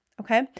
Okay